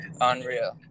Unreal